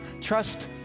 Trust